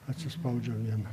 atsispaudžiau vieną